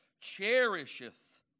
cherisheth